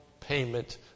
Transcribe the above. payment